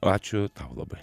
ačiū tau labai